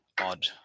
odd